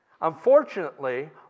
Unfortunately